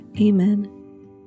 Amen